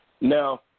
Now